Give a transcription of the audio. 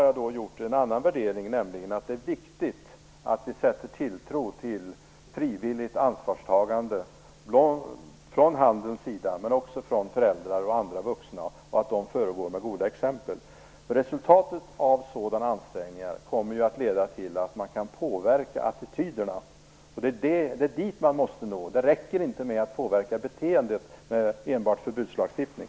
Jag har en annan värdering, nämligen att det är viktigt att vi sätter tilltro till frivilligt ansvarstagande från handelns sida, men också från föräldrar och andra vuxna. Det är viktigt att de föregår med gott exempel. Resultatet av sådana ansträngningar kommer att leda till att man kan påverka attityderna. Det är dit man måste nå. Det räcker inte med att påverka beteendet med enbart förbudslagstiftning.